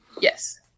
Yes